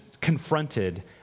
confronted